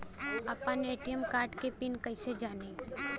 आपन ATM card के PIN कईसे जानी?